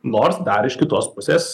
nors dar iš kitos pusės